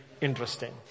interesting